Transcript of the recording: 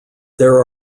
there